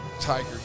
Tiger